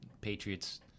Patriots